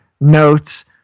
notes